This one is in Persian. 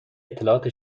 اطلاعات